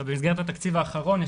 במסגרת התקציב האחרון,